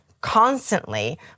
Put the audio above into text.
constantly